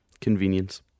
Convenience